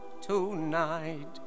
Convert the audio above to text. tonight